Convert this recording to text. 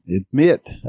admit